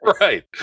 Right